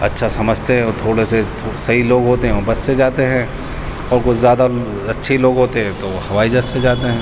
اچھا سمجھتے ہیں اور تھوڑے سے صحیح لوگ ہوتے ہیں وہ بس سے جاتے ہیں اور کچھ زیادہ اچھے ہی لوگ ہوتے ہیں تو وہ ہوائی جہاز سے جاتے ہیں